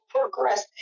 progressive